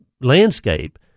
landscape